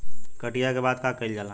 कटिया के बाद का कइल जाला?